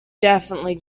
definitely